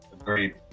Agreed